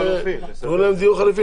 תנו להם דיור חלופי,